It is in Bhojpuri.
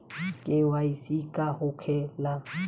के.वाइ.सी का होखेला?